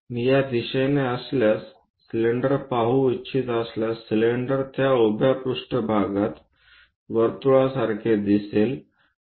मी या दिशेने असल्यास सिलेंडर पाहू इच्छित असल्यास सिलिंडर त्या उभ्या पृष्ठभागात वर्तुळासारखे दिसते